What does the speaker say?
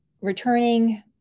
returning